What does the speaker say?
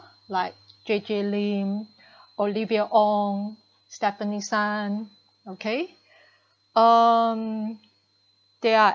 like J_J Lin Olivia Ong Stefanie Sun okay um they are